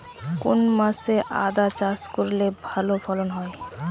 কোন মাসে আদা চাষ করলে ভালো ফলন হয়?